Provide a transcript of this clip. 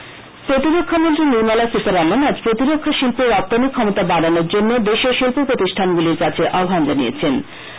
সীতারামন প্রতিরক্ষামন্ত্রী নির্মলা সীতারামন আজ প্রতিরক্ষা শিল্পে রপ্তানী ফ্ফমতা বাডানোর জন্য দেশীয় শিল্প প্রতিষ্ঠানগুলির কাছে আহ্বান জানিয়েছেন